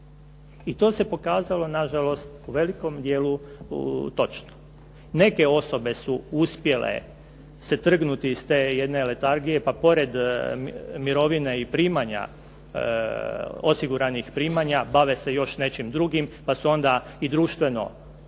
I to se pokazalo na žalost u velikom dijelu točno. Neke osobe su uspjele se trgnuti iz te jedne letargije, pa pored mirovine i primanja, osiguranih primanja bave se još nečim drugim, pa su onda i društveno